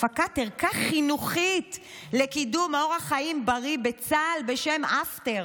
הפקת ערכה חינוכית לקידום אורח חיים בריא בצה"ל בשם "אפטר",